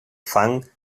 fang